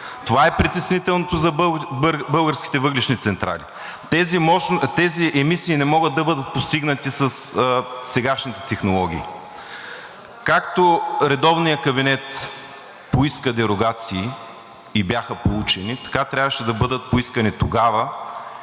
Това е притеснителното за българските въглищни централи. Тези емисии не могат да бъдат постигнати със сегашните технологии. Както редовният кабинет поиска дерогации и бяха получени, така трябваше да бъдат поискани тогава